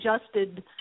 adjusted